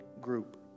group